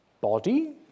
body